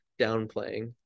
downplaying